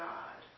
God